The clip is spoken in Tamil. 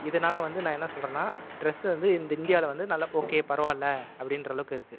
இதனால் வந்து நான் என்ன சொல்கிறேன்னா டிரஸ் வந்து இந்தியாவில் வந்து நல்லா ஓகே பரவாயில்ல அப்படின்ற அளவுக்கு இருக்குது